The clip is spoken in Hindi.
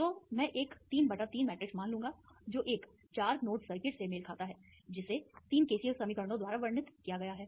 तो मैं एक 3 बटा 3 मैट्रिक्स मान लूंगा जो एक 4 नोड सर्किट से मेल खाता है जिसे 3 केसीएल समीकरणों द्वारा वर्णित किया गया है